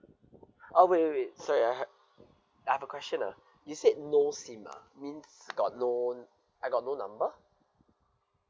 oh wait wait wait sorry I ha~ I have a question ah you said no SIM ah means got no I got no number